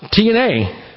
TNA